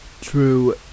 True